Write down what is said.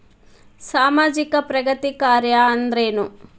ಸಾಮಾಜಿಕ ಪ್ರಗತಿ ಕಾರ್ಯಾ ಅಂದ್ರೇನು?